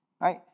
Right